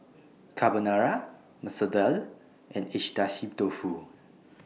Carbonara Masoor Dal and Agedashi Dofu